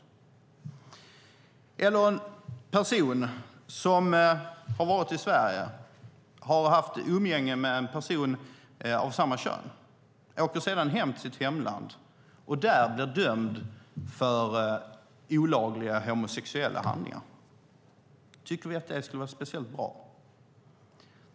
Vi kan också se på en person som har varit i Sverige och haft sexuellt umgänge med en person av samma kön och sedan åker hem till sitt hemland och där blir dömd för olagliga homosexuella handlingar. Tycker vi att det skulle vara speciellt bra?